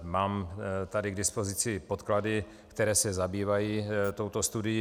Mám tady k dispozici podklady, které se zabývají touto studií.